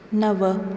नव